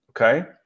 Okay